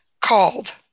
called